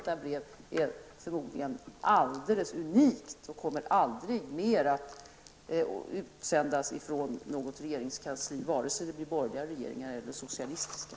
Det här brevet är förmodligen alldeles unikt, och sådana brev kommer aldrig mer att sändas från något regeringskansli, vare sig det blir borgerliga regeringar eller socialistiska.